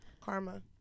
karma